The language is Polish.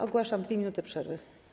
Ogłaszam 2 minuty przerwy.